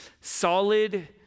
solid